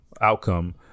outcome